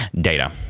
data